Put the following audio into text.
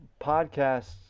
podcasts